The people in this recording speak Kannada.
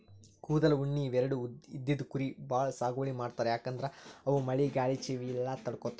ಕೂದಲ್, ಉಣ್ಣಿ ಇವೆರಡು ಇದ್ದಿದ್ ಕುರಿ ಭಾಳ್ ಸಾಗುವಳಿ ಮಾಡ್ತರ್ ಯಾಕಂದ್ರ ಅವು ಮಳಿ ಗಾಳಿ ಚಳಿ ಇವೆಲ್ಲ ತಡ್ಕೊತಾವ್